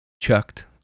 Chucked